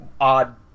odd